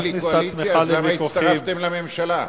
אל תכניס את עצמך, למה הצטרפתם לממשלה?